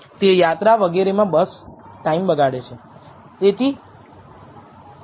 તે યાત્રા વગેરેમાં બસ ટાઈમ બગાડે છે